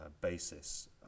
basis